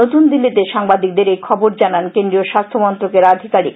নতুন দিল্লিতে সাংবাদিকদের এই খবর জানান কেন্দ্রীয় স্বাস্থ্যমন্ত্রকের আধিকারিক